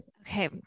okay